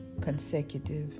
consecutive